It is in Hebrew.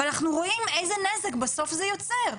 ואנחנו רואים איזה נזק בסוף זה יוצר,